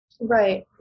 Right